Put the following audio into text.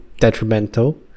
Detrimental